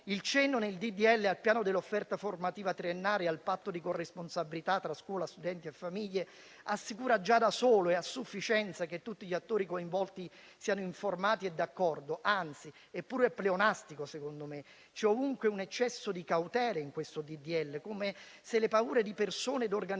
disegno di legge al piano dell'offerta formativa triennale e al patto di corresponsabilità tra scuola, studenti e famiglie assicura già da solo e a sufficienza che tutti gli attori coinvolti siano informati e d'accordo; anzi, è pure pleonastico secondo me. C'è ovunque un eccesso di cautela in questo disegno di legge, come se le paure di persone e organizzazioni